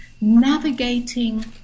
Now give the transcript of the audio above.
navigating